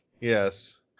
Yes